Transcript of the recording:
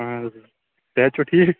اَہن حظ صحت چھُوا ٹھیٖک